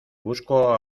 busco